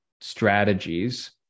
strategies